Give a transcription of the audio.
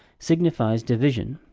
signifies division.